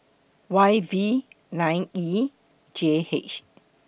Y V nine E J H